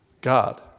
God